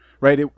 right